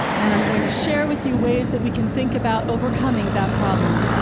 and i'm going to share with you ways that we can think about overcoming that problem.